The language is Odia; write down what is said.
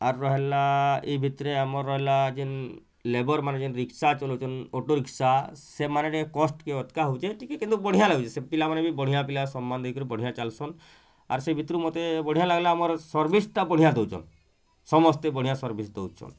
ଆରୁ ହେଲା ଏଇ ଭିତରେ ଆମର ହେଲା ଜିନ୍ ଲେବର୍ ମାନେ ଯେମ୍ତି ରିକ୍ସା ଚଲାଉଛନ୍ତି ଅଟୋ ରିକ୍ସା ସେମାନେ ଟିକେ କଷ୍ଟକେ ଅଟ୍କା ହଉଛେଁ ଟିକେ କିନ୍ତୁ ବଢ଼ିଆ ଲାଗ୍ଛୁସି ସେ ପିଲାମାନେ ବି ବଢ଼ିଆ ପିଲା ସମ୍ମାନ ଦେଇ କରି ବଢ଼ିଆ ଚାଲୁସନ୍ ଆର୍ ସେଇ ଭିତରୁ ମୋତେ ବଢ଼ିଆ ଲାଗିଲା ଆମର ସର୍ଭିସ୍ଟା ବଢ଼ିଆ ଦେଉଛନ୍ ସମସ୍ତେ ବଢ଼ିଆ ସର୍ଭିସ୍ ଦେଉଛନ୍